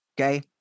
Okay